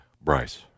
Bryce